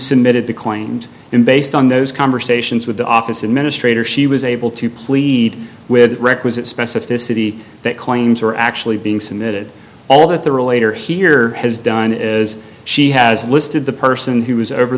submitted declaimed and based on those conversations with the office administrator she was able to plead with requisite specificity that claims are actually being submitted all that the relator here has done is she has listed the person who was over